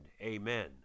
amen